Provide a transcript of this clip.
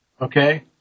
okay